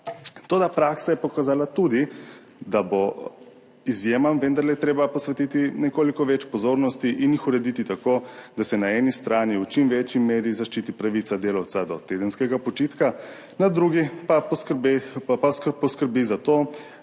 Toda praksa je pokazala tudi, da bo izjemam vendarle treba posvetiti nekoliko več pozornosti in jih urediti tako, da se na eni strani v čim večji meri zaščiti pravica delavca do tedenskega počitka, na drugi pa poskrbi za to,